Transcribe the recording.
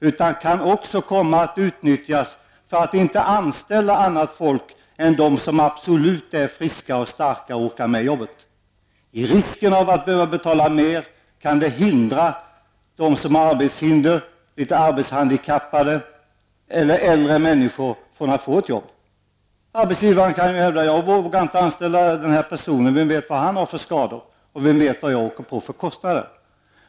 De kan också komma att utnyttjas för att inte anställa annat folk än de som är absolut friska och starka och orkar med arbetet. Risken av att behöva betala mer kan hindra dem som har arbetshinder, ett litet arbetshandikapp eller äldre människor från att få ett arbete. Arbetsgivaren kan ju hävda: Jag vågade inte anställa den här personen. Vem vet vad han har för skador? Vem vet vad jag åker på för kostnader?